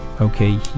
Okay